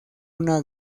una